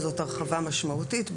וזאת הרחבה משמעותית.